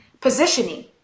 positioning